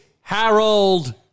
Harold